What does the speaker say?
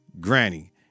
Granny